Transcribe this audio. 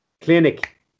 Clinic